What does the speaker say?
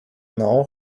know